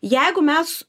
jeigu mes